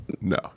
No